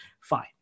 Fine